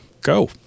Go